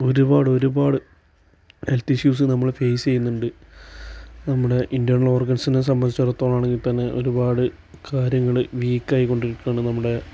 ഒരുപാട് ഒരുപാട് health issues നമ്മള് ഫേസ് ചെയ്യുന്നുണ്ട് നമ്മുടെ ഇൻ്റേണൽ ഓർഗൻസിനെ സംബന്ധിച്ചിടത്തോളം ആണെങ്കിൽ തന്നെ ഒരുപാട് കാര്യങ്ങള് വീക്കായി കൊണ്ടിരിക്കുകയാണ് നമ്മുടെ